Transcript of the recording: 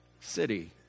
city